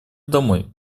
домой